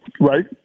Right